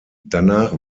danach